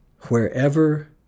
Wherever